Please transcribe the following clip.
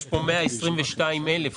יש פה 122,000 ש"ח.